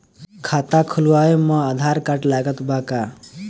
खाता खुलावे म आधार कार्ड लागत बा का?